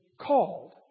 called